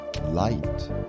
light